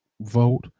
vote